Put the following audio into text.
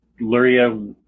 Luria